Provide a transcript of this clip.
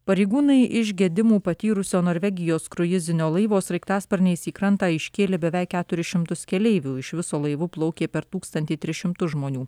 pareigūnai iš gedimų patyrusio norvegijos kruizinio laivo sraigtasparniais į krantą iškėlė beveik keturis šimtus keleivių iš viso laivu plaukė per tūkstantį tris šimtus žmonių